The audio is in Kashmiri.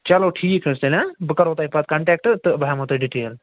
چَلو ٹھیٖک حظ چھُ تیٚلہِ ہاں بہٕ کرہو تۄہہِ پتہٕ کنٛٹٮ۪کٹ تہٕ بہٕ ہٮ۪مہو تۄہہِ ڈِٹیل